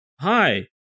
hi